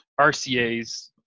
RCAs